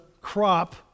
crop